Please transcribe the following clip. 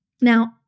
Now